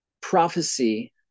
prophecy